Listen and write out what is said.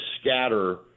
scatter